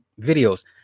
videos